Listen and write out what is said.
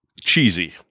cheesy